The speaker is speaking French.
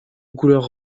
couleur